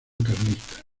carlista